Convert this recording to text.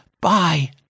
Bye